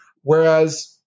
Whereas